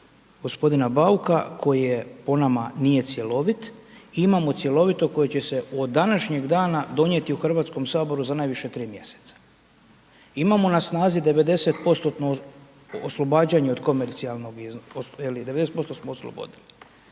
gospodina Bauka, koji je po nama nije cjelovit i imamo cjelovito koje će se od današnjeg dana donijeti u Hrvatskom saboru za najviše 3 mjeseca. Imamo na snazi 90% oslobađanje od komercijalnog, 90% smo oslobodili.